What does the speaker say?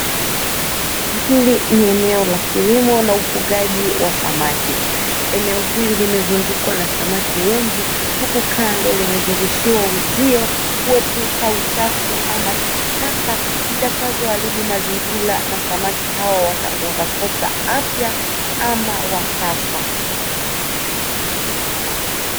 Eneo hili ni eneo la kilimo na ufugaji wa samaki. Eneo hili limezungukwa na samaki wengi huku kando limezungushiwa uzio kuepuka uchafu ama takataka zitakazoharibu mazingira na samaki hao wakakosa afya ama wakafa.